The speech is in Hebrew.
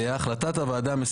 אני פותח את ישיבת הוועדה.